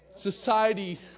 Society